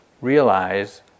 realize